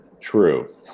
True